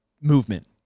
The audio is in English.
movement